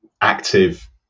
active